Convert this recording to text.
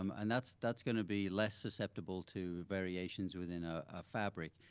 um and that's that's gonna be less susceptible to variations within a fabric.